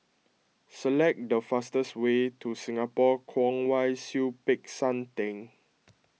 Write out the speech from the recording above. select the fastest way to Singapore Kwong Wai Siew Peck San theng